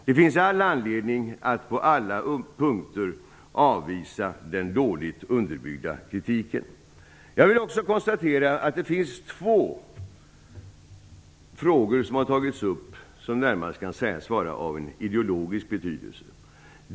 Det finns all anledning att på alla punkter avvisa den dåligt underbyggda kritiken. Jag vill också konstatera att två av de frågor som har tagits upp kan sägas vara av närmast ideologisk betydelse.